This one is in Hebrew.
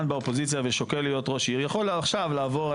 באופוזיציה ושוקל להיות ראש עיר יכול עכשיו לעבור,